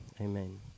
Amen